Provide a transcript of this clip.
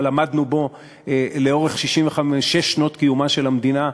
אבל עמדנו בו לאורך 66 שנות קיומה של המדינה,